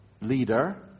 leader